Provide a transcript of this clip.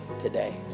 Today